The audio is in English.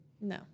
No